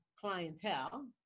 clientele